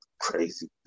crazy